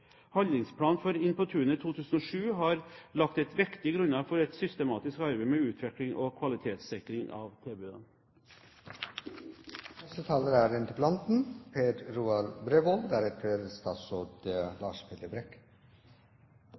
for Inn på tunet 2007 har lagt et viktig grunnlag for et systematisk arbeid med utvikling og kvalitetssikring av